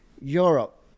Europe